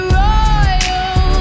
royal